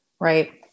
Right